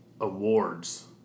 awards